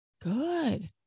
good